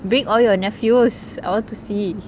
bring all your nephews I want to see